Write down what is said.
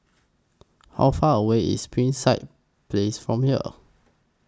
How Far away IS Springside Place from here